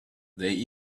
they